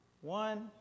One